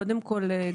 קודם כל,